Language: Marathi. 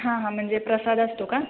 हां हां म्हणजे प्रसाद असतो का